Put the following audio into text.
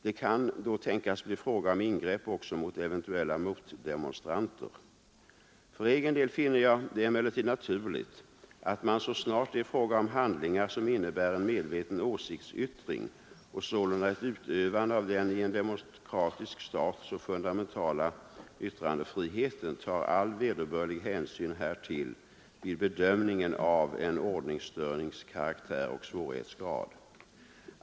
Det kan då tänkas bli fråga om ingrepp också mot eventuella motdemonstranter. För egen del finner jag det emellertid naturligt att man så snart det är fråga om handlingar som innebär en medveten åsiktsyttring och sålunda ett utövande av den i en demokratisk stat så fundamentala yttrandefriheten tar all vederbörlig hänsyn härtill vid bedömningen av en ordningsstörnings karaktär och svårighetsgrad.